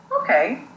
okay